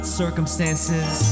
circumstances